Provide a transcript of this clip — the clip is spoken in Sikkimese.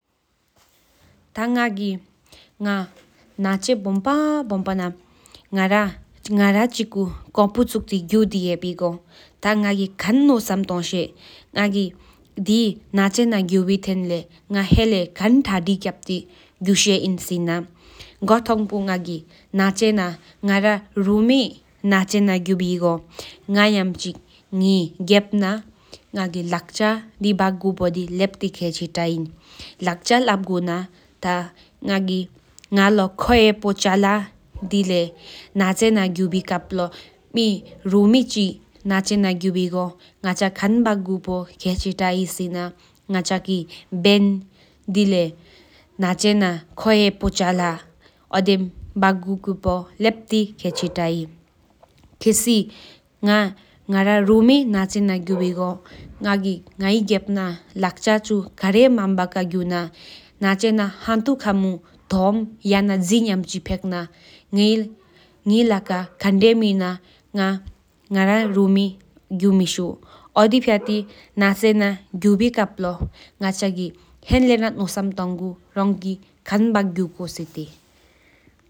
ཐ་ང་གི་ན་ཆེ་བོམ་པ་ཆི་ན་ང་ར་ཆི་སོག་པོ་དུགས་ཀྱུ་དེ་ཧེ་པི་སྔ་ང་གི་ཁབ་གོ་བསམ་ཏུ་འགོ་ཤེས་ན་ཆེ་སྒྱུ་བའི་ཧེང་ལེའི་ཁོང། ཐ་ཏི་གྱུ་གུ་ཤེས་ཡིན་སྣ་བསམ་ཐང་པོ་ང་གི་ང་ར་ན་ཆེ་ན་རུ་མི་གུ་བི་ཀ་ང་ངམ་ཆི་ངའི་རྒྱབ་ན་ང་གི་ལག་ཆ་དེ་བག་སྒོབ་དེ་ལེབ་སྟི་ར་ཁལ་ཕུད་ཨིན། ལག་ཆ་ལབ་གུ་ན་ང་ལོ་ཁོད་པོ་བེ་ སྨན་པ་སྡོམ་སྦག་གཡུ་གུ་འབེད་ཕུད་ཁལ་ཕུད་ཧེ་ཁ། ལས་སྔ་ང་གི་ད་ལྷ་སྡུ་སྟངས་དཔའ་སྒྲོ་སྟིས་ཚེས་མཚང་དེ་ཆུ་སྤེལ་ན་ཐོམ་ཅནེ་དམའ་དབའ་སམ་ཚེས་ཉོ་སྨོས་སྒྲ་ཆུ་ཧེ་ཁལ་ལྡེ་ཁོང་ཐེན་ཤེས་ཨིན།